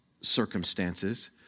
circumstances